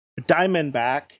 Diamondback